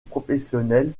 professionnelle